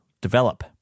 develop